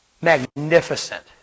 magnificent